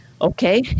okay